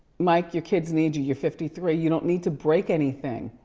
mike, your kids need you. you're fifty three, you don't need to break anything.